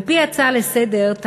על-פי ההצעה לסדר-היום,